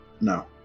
No